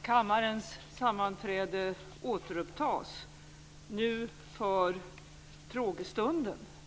Kammarens sammanträde återupptas nu för frågestunden.